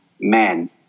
men